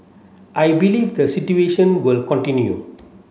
I believe the situation will continue